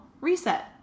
reset